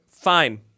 Fine